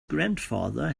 grandfather